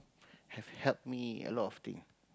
have helped me a lot of thing